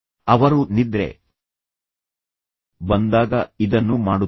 ಅವರು ನಿದ್ರೆ ಬಂದಾಗ ಇದನ್ನು ಮಾಡುತ್ತಾರೆ